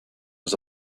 was